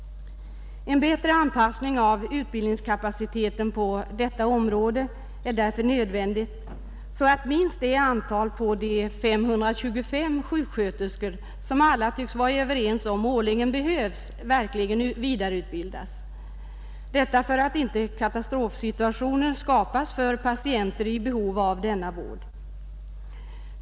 En bättre anpassning av utbildningskapaciteten på detta område är därför nödvändig, så att minst det antal av 525 sjuksköterskor — vilka alla tycks vara överens om verkligen behövs — årligen vidareutbildas, detta för att inte katastrofsituationer skall skapas för patienter i behov av denna vård.